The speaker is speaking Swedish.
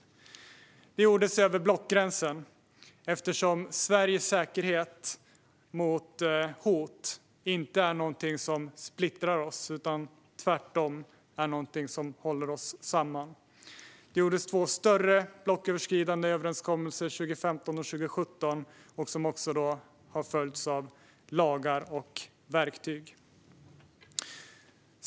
Här i Sverige gjordes det över blockgränsen, eftersom Sveriges säkerhet när det gäller hot inte är något som splittrar oss utan tvärtom håller oss samman. Det gjordes två större blocköverskridande överenskommelser 2015 och 2017. De har också följts av lagar och verktyg.